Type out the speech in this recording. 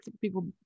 people